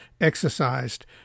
exercised